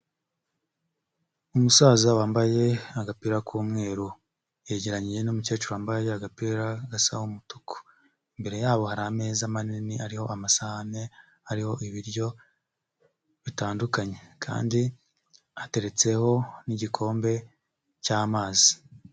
Umusaza wambaye agapira k'umweru yegeranye n'umukecuru wambaye agapira gasa umutuku. Imbere yabo hari ameza manini ari amasahani hariho ibiryo bitandukanye kandi hateretseho n'igikombe cy'amazi.